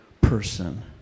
person